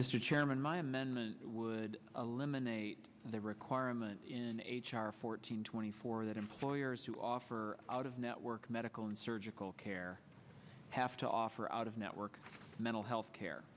mr chairman my amendment would a limit the requirement in h r fourteen twenty four that employers who offer out of network medical and surgical care have to offer out of network mental health care